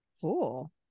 Cool